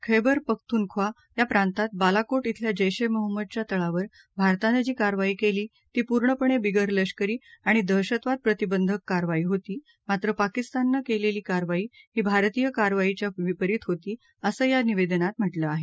खेबर पख्तुनख्वा या प्रांतात बालाकोट इथल्या जैश ए मोहंमदच्या तळावर भारतानं जी कारवाई केली ती पूर्णपणे बिगर लष्करी आणि दहशतवाद प्रतिंधक कारवाई होती मात्र पाकिस्ताननं केलेली कारवाई ही भारतीय कारवाईच्या विपरित होती असं या निवेदनात म्हटलं आहे